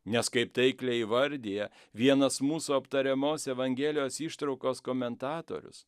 nes kaip taikliai įvardija vienas mūsų aptariamos evangelijos ištraukos komentatorius